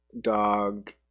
dog